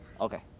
Okay